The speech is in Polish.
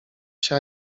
się